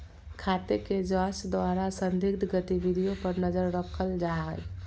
खाते के जांच द्वारा संदिग्ध गतिविधियों पर नजर रखल जा हइ